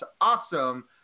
awesome